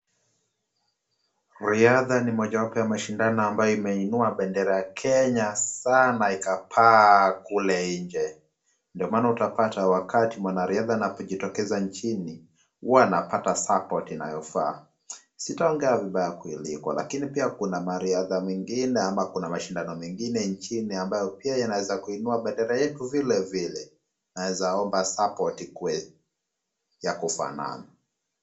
Riadha ni mojawapo ya mashindano ambaoyo imeinua bendera ya Kenya hasa na ikapaa kule nje. Ndio maana utapata wakati mwanariadha atakapo jitokeza nchini, hua anapata support inayofaa. Sitaongea vibaya kuiliko lakini kuna wanariadha wengine ama mashindano mengine nchini ambayo pia yanaweza kuinua bendera yetu vilevile. Naweza omba support ikue ya kufanana.